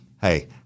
Hey